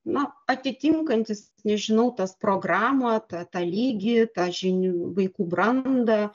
na atitinkantys nežinau tas programą tą tą lygį tą žinių vaikų brandą